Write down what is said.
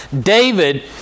David